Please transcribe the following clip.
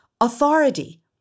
authority